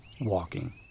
WALKING